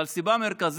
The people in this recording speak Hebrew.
אבל סיבה מרכזית